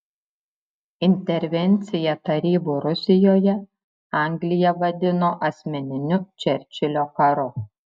intervenciją tarybų rusijoje anglija vadino asmeniniu čerčilio karu